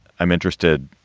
i'm interested.